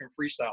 freestyle